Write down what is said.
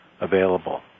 available